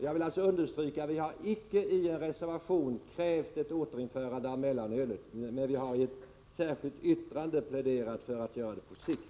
Jag vill alltså understryka att vi inte i en reservation har krävt återinförande av mellanölet, men vi har i ett särskilt yttrande pläderat för att man skall göra det på sikt.